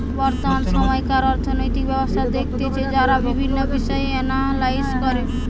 বর্তমান সময়কার অর্থনৈতিক ব্যবস্থা দেখতেছে যারা বিভিন্ন বিষয় এনালাইস করে